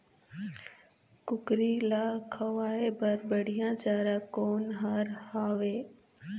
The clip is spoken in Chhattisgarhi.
कुकरी ला खवाए बर बढीया चारा कोन हर हावे?